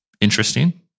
Interesting